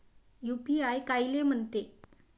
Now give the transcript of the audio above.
UPI कायले म्हनते?